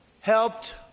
helped